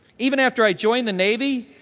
even after i joined the navy,